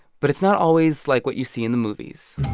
but it's not always, like, what you see in the movies